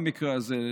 במקרה הזה,